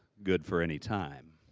good for any time.